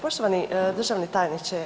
Poštovani državni tajniče.